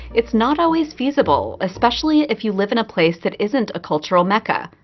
it's not always feasible, especially if you live in a place that isn't a cultural mecca.